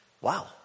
Wow